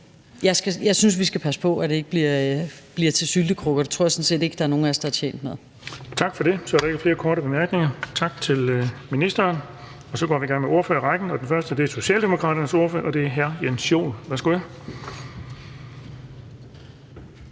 jeg synes, vi skal passe på, at det ikke bliver til syltekrukker. Det tror jeg sådan set ikke der er nogen af os der er tjent med. Kl. 17:22 Den fg. formand (Erling Bonnesen): Tak for det. Så er der ikke flere korte bemærkninger. Tak til ministeren. Så går vi i gang med ordførerrækken, og den første er Socialdemokraternes ordfører, og det er hr. Jens Joel. Værsgo.